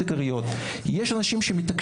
יש אנשים שממתינים,